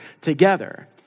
together